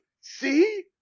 see